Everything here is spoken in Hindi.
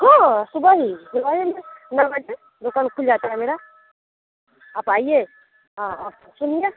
हाँ सुबह ही जब आए ना नौ बजे दुकान खुल जाता है मेरा आप आइए हाँ और सुनिए